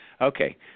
Okay